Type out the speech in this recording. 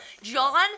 John